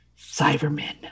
Cybermen